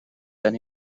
than